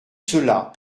cela